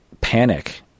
panic